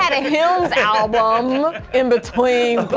and a hymns album in between.